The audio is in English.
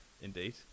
Indeed